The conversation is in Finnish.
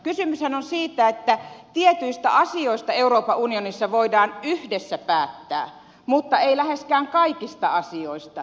kysymyshän on siitä että tietyistä asioista euroopan unionissa voidaan yhdessä päättää mutta ei läheskään kaikista asioista